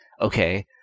okay